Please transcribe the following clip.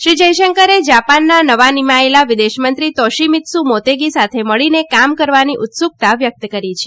શ્રી જયશંકરે જાપાનના નવા નિમાયેલા વિદેશમંત્રી તોશીમિત્સુ મોતેગી સાથે મળીને કામ કરવાની ઉત્સુકતા વ્યક્ત કરી છે